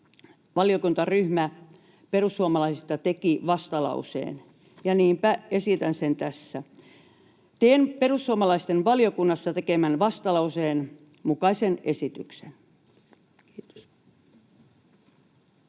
valiokuntaryhmä perussuomalaisista teki vastalauseen, ja niinpä esitän sen tässä: teen perussuomalaisten valiokunnassa tekemän vastalauseen mukaisen esityksen. — Kiitos.